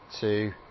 two